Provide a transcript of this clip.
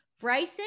Bryson